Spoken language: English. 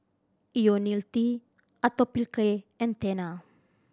Ionil T Atopiclair and Tena